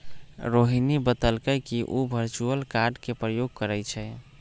रोहिणी बतलकई कि उ वर्चुअल कार्ड के प्रयोग करई छई